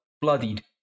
bloodied